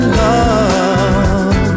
love